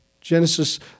Genesis